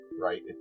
right